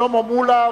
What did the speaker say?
שלמה מולה,